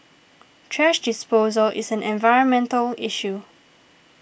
thrash disposal is an environmental issue